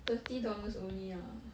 thirty dollars only ah